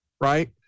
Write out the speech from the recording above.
right